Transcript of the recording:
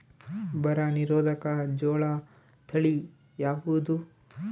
ಬರ ನಿರೋಧಕ ಜೋಳ ತಳಿ ಯಾವುದು?